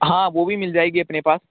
हाँ वो भी मिल जाएगी अपने पास